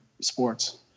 sports